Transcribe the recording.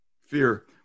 fear